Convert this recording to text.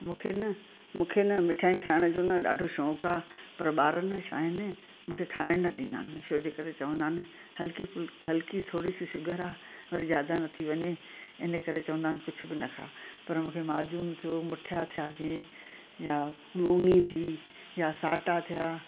मूंखे न मूंखे न मिठाइन खाइण जो न ॾाढो शौंकु आहे पर ॿार न छा आहिनि मूंखे खाइण न ॾींदा आहिनि छो जे करे चवंदा आहिनि हलकी फुल हलकी थोरी सी शुगर आहे पर ज्यादा न थी वञे इन करे चवंदा आहिनि की कुझु बि न खां पर मूंखे माजुन जो मुठिया थिया जीअं या मुनी थी या साटा थिया